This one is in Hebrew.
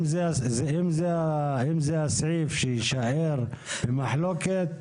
אם זה הסעיף היחיד שיישאר במחלוקת,